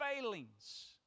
failings